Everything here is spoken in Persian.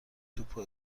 توپو